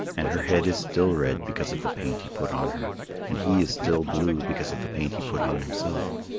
and her head is still red because of the paint he put on her and he is still blue because of the paint he put on himself.